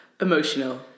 Emotional